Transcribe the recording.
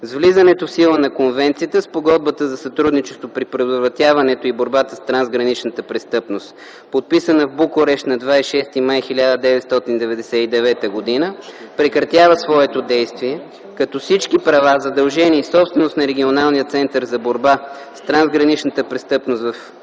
влизането в сила на Конвенцията Спогодбата за сътрудничество при предотвратяването и борбата с трансграничната престъпност, подписана в Букурещ на 26 май 1999 г., прекратява своето действие, като всички права, задължения и собственост на Регионалния център за борба с трансграничната престъпност в Югоизточна